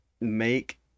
make